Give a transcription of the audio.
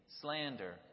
slander